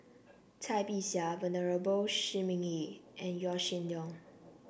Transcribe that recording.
Cai Bixia Venerable Shi Ming Yi and Yaw Shin Leong